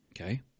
Okay